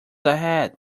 ahead